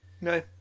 No